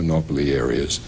monopoly areas